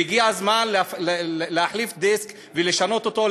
והגיע הזמן להחליף דיסק ולשנות אותו,